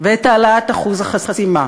ואת העלאת אחוז החסימה,